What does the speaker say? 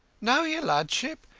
no, your ludship,